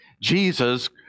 Jesus